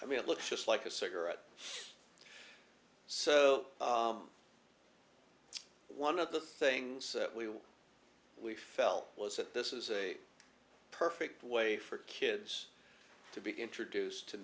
i mean it looks just like a cigarette so one of the things we felt was that this is a perfect way for kids to be introduced to